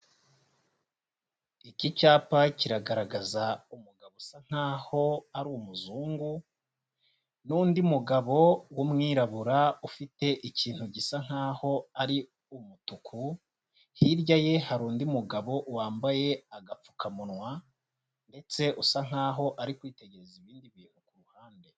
Iki cyapa kiragaragaza umugabo usa nk'aho ari umuzungu n'undi mugabo w'umwirabura, ufite ikintu gisa nk'aho ari umutuku, hirya ye hari undi mugabo wambaye agapfukamunwa ndetse usa nk'aho ari kwitegereza ibindi bintu ku ruhande.